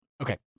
Okay